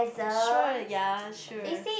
sure ya sure